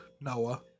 Noah